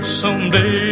someday